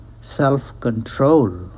self-control